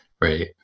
right